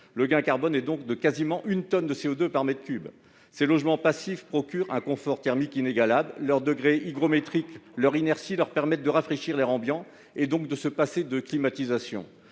le gain carbone est donc de quasiment une tonne de CO2 par mètre cube. Ces logements passifs procurent un confort thermique inégalable. Leur degré d'hygrométrie et leur inertie permettent de rafraîchir l'air ambiant, et donc de se passer de climatisation.